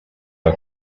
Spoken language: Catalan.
que